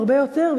הרבה יותר,